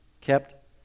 Kept